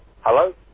Hello